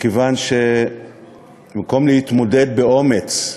מכיוון שבמקום להתמודד באומץ,